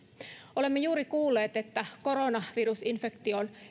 olemme juuri kuulleet että koronavirusinfektioon